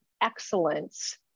excellence